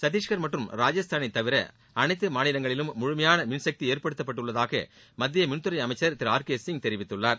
சத்தீஷ்கர் மற்றும் ராஜஸ்தானை தவிர அனைத்து மாநிலங்களிலும் ழழமுமையாக மின்வசதி ஏற்படுத்தப்பட்டுள்ளதாக மத்திய மின்துறை அமைச்சர் திரு ஆர் கே சிங் தெரிவித்துள்ளார்